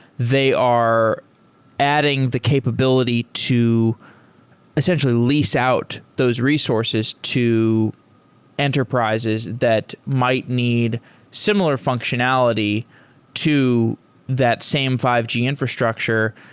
they are adding the capability to essentially lease out those resources to enterprises that might need similar functionality to that same five g infrastructure.